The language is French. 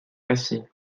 cassé